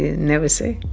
never say